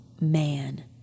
Man